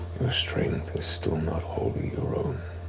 your strength is still not wholly your own.